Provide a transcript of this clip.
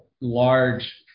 large